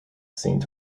seemed